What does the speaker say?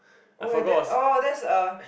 oh ya that that is a